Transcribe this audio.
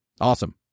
Awesome